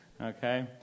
Okay